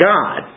God